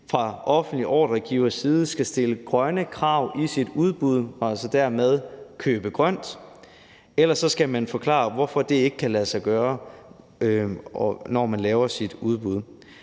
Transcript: fra offentlig ordregivers side skal stille grønne krav i sit udbud og altså dermed købe grønt, ellers skal man forklare, hvorfor det ikke kan lade sig gøre, når man laver sit udbud.